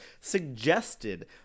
suggested